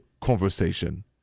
conversation